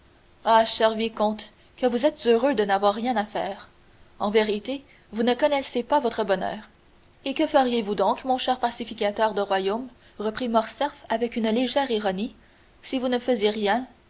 ah cher vicomte que vous êtes heureux de n'avoir rien à faire en vérité vous ne connaissez pas votre bonheur et que feriez-vous donc mon cher pacificateur de royaumes reprit morcerf avec une légère ironie si vous ne faisiez rien